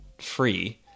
free